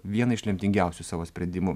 vieną iš lemtingiausių savo sprendimų